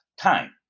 time